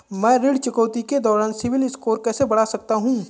मैं ऋण चुकौती के दौरान सिबिल स्कोर कैसे बढ़ा सकता हूं?